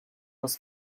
was